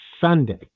Sunday